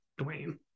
Dwayne